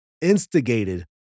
instigated